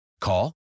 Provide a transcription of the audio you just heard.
Call